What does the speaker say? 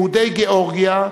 יהודי גאורגיה,